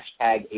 hashtag